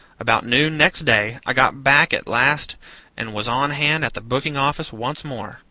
about noon next day, i got back at last and was on hand at the booking-office once more.